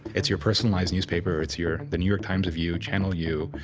it's your personalized newspaper, it's your the new york times of you, channel you.